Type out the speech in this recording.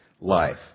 life